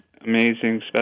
Amazing